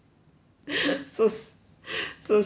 so so silly